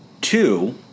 two